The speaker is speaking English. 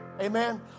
amen